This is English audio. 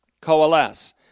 coalesce